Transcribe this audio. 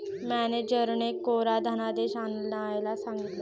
मॅनेजरने कोरा धनादेश आणायला सांगितले